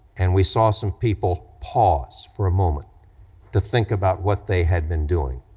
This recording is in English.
and we saw some people pause for a moment to think about what they had been doing,